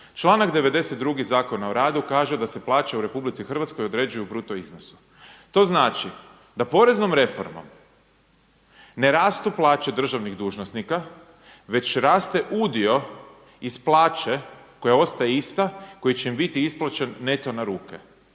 Članak 92. Zakona o radu kaže da se plaće u Republici Hrvatskoj određuju u bruto iznosu. To znači da poreznom reformom ne rastu plaće državnih dužnosnika već raste udio iz plaće koja ostaje ista, koji će im biti isplaćen neto na ruke,